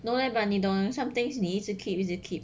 no leh but 你懂 something 你一直 keep 一直 keep